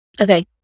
Okay